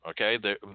Okay